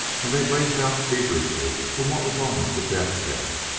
and they blazed out feverishly from what was almost a death's-head,